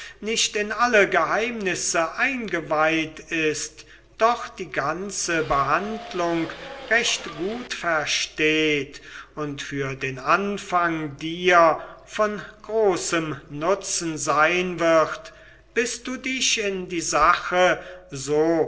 nicht in alle geheimnisse eingeweiht ist doch die ganze behandlung recht gut versteht und für den anfang dir von großem nutzen sein wird bis du dich in die sache so